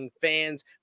Fans